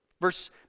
Verse